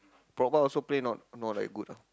Proba also play not not like good ah